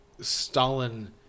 stalin